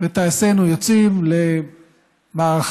וטייסינו יוצאים למערכה.